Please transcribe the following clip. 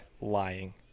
lying